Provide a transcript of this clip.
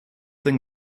thing